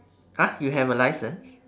!huh! you have a license